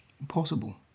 Impossible